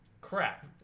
Crap